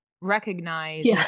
recognize